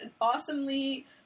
awesomely